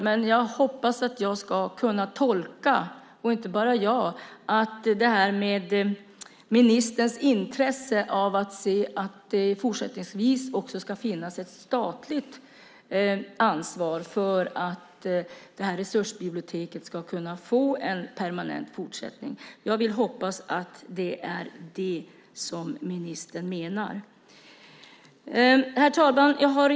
Men jag hoppas att inte bara jag kan tolka att ministern har ett intresse av att se att det också fortsättningsvis ska finnas ett statligt ansvar, alltså att resursbiblioteket ska kunna få en permanent fortsättning. Jag hoppas att det är det som ministern menar. Herr talman!